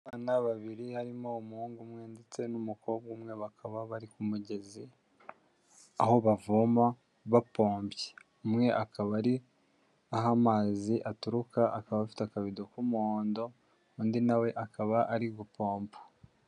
Abana babiri harimo umuhungu umwe ndetse n'umukobwa umwe bakaba bari ku mugezi aho bavoma bapompye, umwe akaba ari aho amazi aturuka akaba afite akabido k'umuhondo undi nawe akaba ari gupompa.